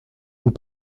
vous